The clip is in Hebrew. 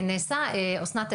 אסנת,